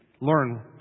learn